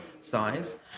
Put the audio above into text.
size